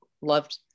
loved